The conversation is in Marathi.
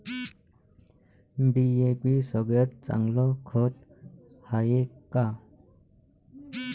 डी.ए.पी सगळ्यात चांगलं खत हाये का?